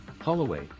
Holloway